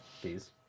please